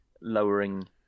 lowering